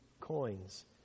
coins